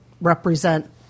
represent